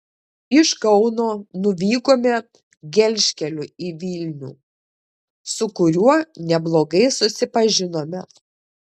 iš kauno nuvykome gelžkeliu į vilnių su kuriuo neblogai susipažinome